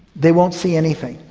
they won't see anything.